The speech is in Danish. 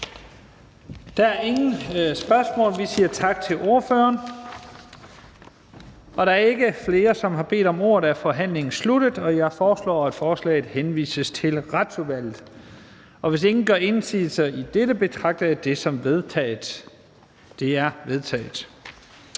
Der er ingen spørgsmål. Vi siger tak til ordføreren. Da der ikke er flere, som har bedt om ordet, er forhandlingen sluttet. Jeg foreslår, at forslaget til folketingsbeslutning henvises til Retsudvalget. Hvis ingen gør indsigelse, betragter jeg det som vedtaget. Det er vedtaget.